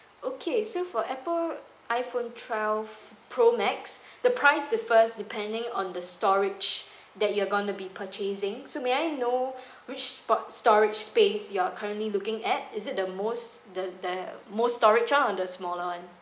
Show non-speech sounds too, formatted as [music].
okay so for apple iphone twelve pro max [breath] the price differs depending on the storage that you're going to be purchasing so may I know [breath] which spot storage space you are currently looking at is it the most the the most storage [one] or the smaller [one]